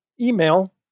email